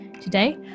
Today